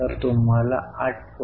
या तीन बेरीजमधून आपल्याला काय वाटते